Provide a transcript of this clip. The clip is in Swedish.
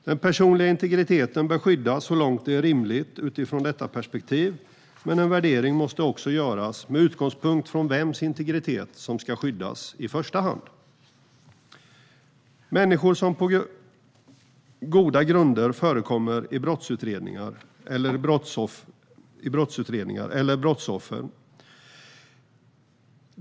Den personliga integriteten bör skyddas så långt det är rimligt utifrån detta perspektiv, men en värdering måste också göras med utgångspunkt i vems integritet som ska skyddas i första hand: människor som på goda grunder förekommer i brottsutredningar eller brottsoffren.